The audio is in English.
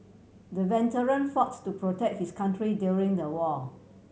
the veteran fought to protect his country during the war